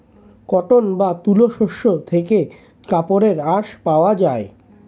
cotton বা তুলো শস্য থেকে কাপড়ের আঁশ পাওয়া যায়